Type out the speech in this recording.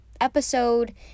episode